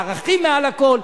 הערכים מעל לכול,